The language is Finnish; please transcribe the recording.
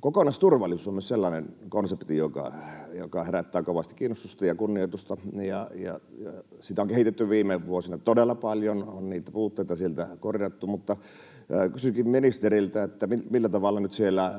Kokonaisturvallisuus on myös sellainen konsepti, joka herättää kovasti kiinnostusta ja kunnioitusta. Sitä on kehitetty viime vuosina todella paljon ja puutteita on sieltä korjattu. Kysynkin ministeriltä, millä tavalla siellä